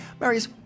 Marius